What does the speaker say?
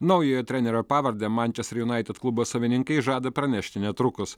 naujojo trenerio pavardę mančester junaitid klubo savininkai žada pranešti netrukus